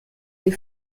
des